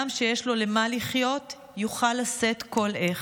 אדם שיש לו למה לחיות יוכל לשאת כל איך,